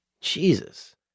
Jesus